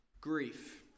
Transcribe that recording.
Grief